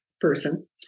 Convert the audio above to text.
person